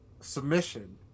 submission